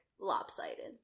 lopsided